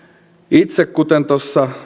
kuten tuossa